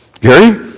Gary